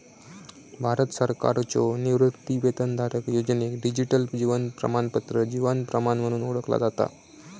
भारत सरकारच्यो निवृत्तीवेतनधारक योजनेक डिजिटल जीवन प्रमाणपत्र जीवन प्रमाण म्हणून ओळखला जाता